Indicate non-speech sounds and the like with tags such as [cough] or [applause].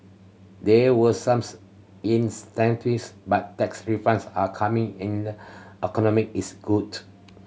there were some [unintelligible] incentives but tax refunds are coming in economy is good